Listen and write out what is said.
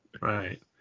Right